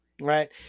right